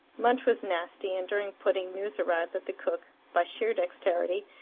lunch was nasty and during pudding news arrived that the cook, by sheer dexterity,